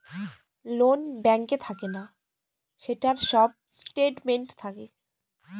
loan ব্যাঙ্কে থাকে না, সেটার সব স্টেটমেন্ট থাকে